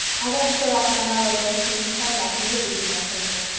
i won't stir off my marrow bones till you tell me i can live with you next winter.